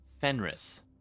Fenris